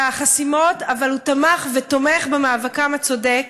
החסימות אבל הוא תמך ותומך במאבקם הצודק,